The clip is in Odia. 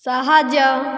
ସାହାଯ୍ୟ